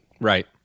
Right